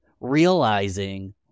realizing